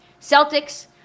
Celtics